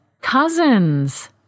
Cousins